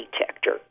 detector